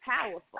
powerful